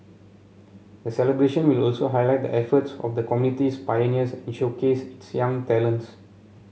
the celebration will also highlight the efforts of the community's pioneers and showcase its young talents